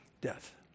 Death